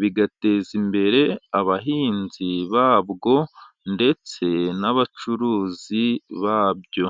bigateza imbere abahinzi babwo ndetse n'abacuruzi babyo.